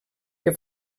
que